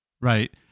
right